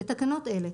בתקנות אלה,